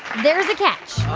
there's a catch